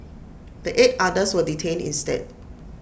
the eight others were detained instead